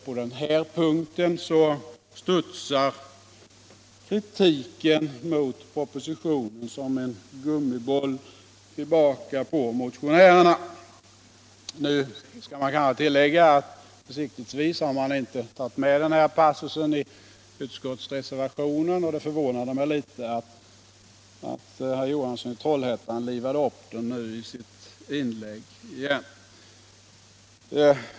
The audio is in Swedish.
På den punkten studsar således kritiken mot propositionen som en gummiboll tillbaka på motionärerna. Nu skall jag kanske tillägga att man försiktigtvis inte tagit med denna 15 passus i reservationen, och det förvånade mig litet att herr Johansson i Trollhättan återupplivade den i sitt inlägg.